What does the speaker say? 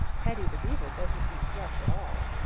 paddy the beaver doesn't eat flesh at all.